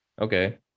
okay